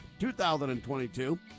2022